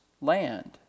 land